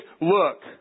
look